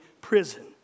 prison